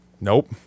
nope